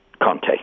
Conte